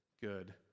good